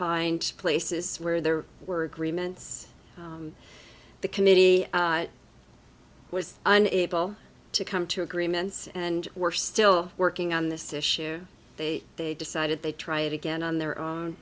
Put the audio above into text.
find places where there were agreements the committee was unable to come to agreements and we're still working on this issue they they decided they try it again on their own